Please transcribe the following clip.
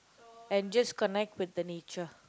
and just connect with the nature